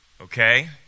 Okay